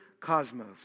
cosmos